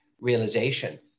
realization